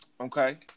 Okay